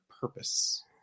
purpose